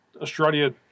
Australia